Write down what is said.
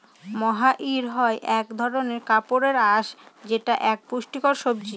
মহাইর হয় এক ধরনের কাপড়ের আঁশ যেটা এক পুষ্টিকর সবজি